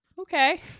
okay